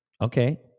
Okay